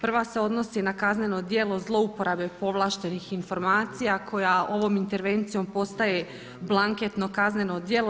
Prva se odnosi na kazneno djelo zlouporabe povlaštenih informacija koja ovom intervencijom postaje blanketno kazneno djelo.